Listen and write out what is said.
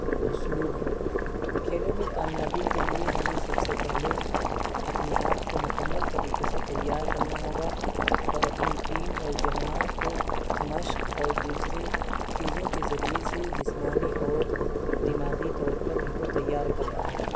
اسلوب ہیں کھیلوں میں کامیابی کے لیے ہمیں سب سے پہلے اپنے آپ کو مکمل طریقے سے تیار کرنا ہوگا اور اپنی ٹیم اور جماعت کو مشق اور دوسرے چیزوں کے ذریعے سے جسمانی اور دماغی طور پر ان کو تیار کرنا ہوگا